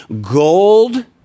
gold